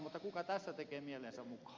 mutta kuka tässä tekee mielensä mukaan